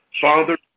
Father